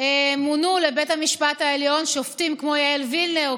מונו לבית המשפט העליון שופטים כמו יעל וילנר,